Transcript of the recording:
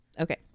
Okay